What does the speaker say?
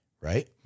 Right